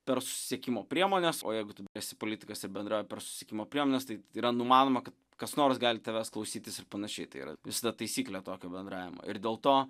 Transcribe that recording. per susisiekimo priemones o jeigu tu esi politikas į bendrauji susisiekimo priemones tai yra numanoma kad kas nors gali tavęs klausytis ir panašiai tai yra visada taisyklė tokio bendravimo ir dėl to